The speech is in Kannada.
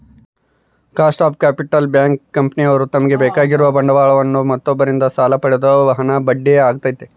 ಕಾಸ್ಟ್ ಆಫ್ ಕ್ಯಾಪಿಟಲ್ ಬ್ಯಾಂಕ್, ಕಂಪನಿಯವ್ರು ತಮಗೆ ಬೇಕಾಗಿರುವ ಬಂಡವಾಳವನ್ನು ಮತ್ತೊಬ್ಬರಿಂದ ಸಾಲ ಪಡೆದ ಹಣ ಬಡ್ಡಿ ಆಗೈತೆ